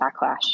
backlash